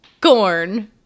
corn